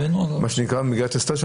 מה שנקרא במגילת אסתר,